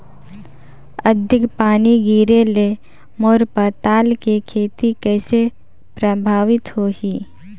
अधिक पानी गिरे ले मोर पताल के खेती कइसे प्रभावित होही?